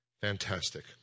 Fantastic